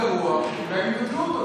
אתם בממשלה, אתם בממשלה.